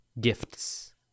gifts